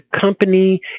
company